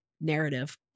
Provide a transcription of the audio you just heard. narrative